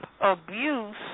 abuse